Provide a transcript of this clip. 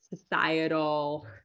societal